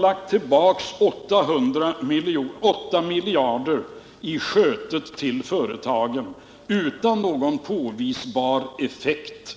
Jag vill då säga att ni har lagt tillbaka 8 miljarder i företagens sköte utan någon påvisbar effekt.